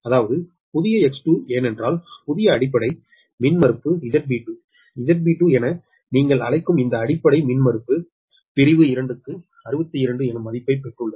அதாவது புதிய X2 ஏனென்றால் புதிய அடிப்படை மின்மறுப்பு ZB2 ZB2 என நீங்கள் அழைக்கும் இந்த அடிப்படை மின்மறுப்பு பிரிவு 2க்கு 62 எனும் மதிப்பைப் பெற்றுள்ளது